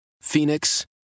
Phoenix